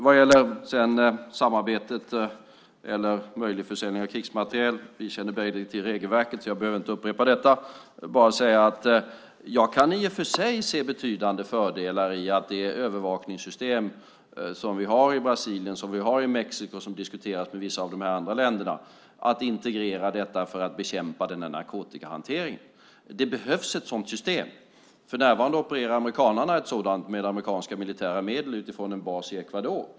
Vad gäller samarbetet eller den möjliga försäljningen av krigsmateriel känner vi båda till regelverket, så jag behöver inte upprepa detta. Jag vill bara säga att jag i och för sig kan se betydande fördelar i att det övervakningssystem som vi har i Brasilien och Mexiko och som diskuteras i vissa av de andra länderna integreras för att bekämpa narkotikahanteringen. Det behövs ett sådant system. För närvarande opererar amerikanerna ett sådant med amerikanska militära medel utifrån en bas i Ecuador.